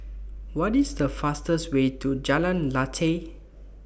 What IS The easiest Way to Jalan Lateh